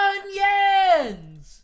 Onions